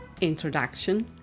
introduction